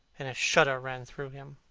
and a shudder ran through him.